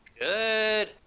good –